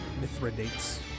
Mithridates